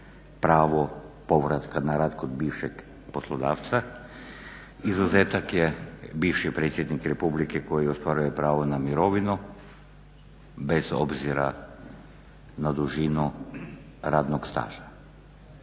pravo povratka na rad kod bivšeg poslodavca izuzetak je bivši predsjednik Republike koji ostvaruje pravo na mirovinu bez obzira na dužinu radnog staža.